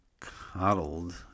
coddled